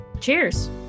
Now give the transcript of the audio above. Cheers